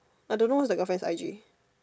I don't know what's the girlfriend I_G